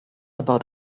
about